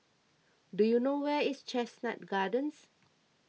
do you know where is Chestnut Gardens